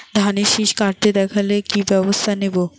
ধানের শিষ কাটতে দেখালে কি ব্যবস্থা নেব?